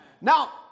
Now